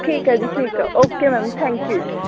ਠੀਕ ਹੈ ਜੀ ਠੀਕ ਆ ਓਕੇ ਮੈਮ ਥੈਂਕ ਯੂ